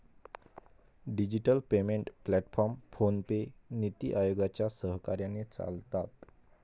digital payment platform PhonePe, नीति आयोगाच्या सहकार्याने चालतात